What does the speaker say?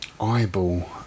Eyeball